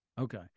okay